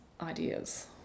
ideas